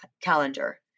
calendar